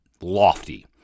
lofty